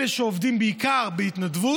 אלה שעובדים בעיקר בהתנדבות,